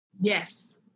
yes